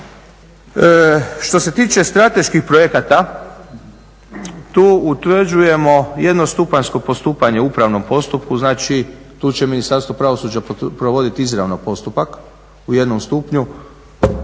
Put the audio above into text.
Što se tiče strateških projekata tu utvrđujemo jednostupanjsko postupanje u upravnom postupku. Znači, tu će Ministarstvo pravosuđa provoditi izravno postupak u jednom stupnju.